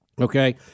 Okay